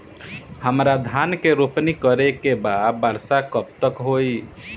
हमरा धान के रोपनी करे के बा वर्षा कब तक होई?